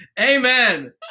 amen